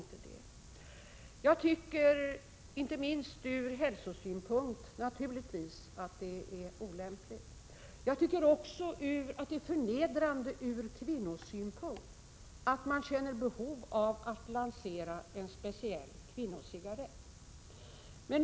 Naturligtvis tycker jag att det är olämpligt, inte minst ur hälsosynpunkt. Jag tycker också att det är förnedrande ur kvinnosynpunkt att någon känner behov av att lansera en speciell kvinnocigarett.